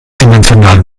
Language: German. dimensionalen